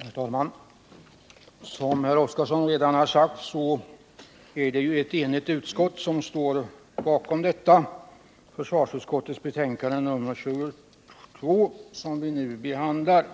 Herr talman! Som herr Oskarson redan har sagt är det ett enigt utskott som står bakom försvarsutskottets betänkande nr 22 som vi nu behandlar.